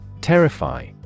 Terrify